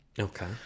okay